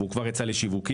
והוא כבר יצא לשיווקים.